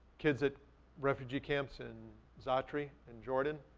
kids at refugee camps in za'atari in jordan.